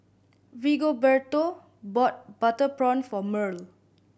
Rigoberto bought butter prawn for Mearl